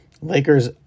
Lakers